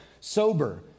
sober